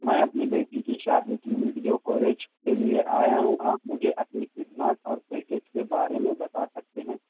میں اپنی بیٹی کی شادی کی ویڈیو کوریج کےلیے آیا ہوں آپ مجھے اپنی خدمات اور پیکج کے بارے میں بتا سکتے ہیں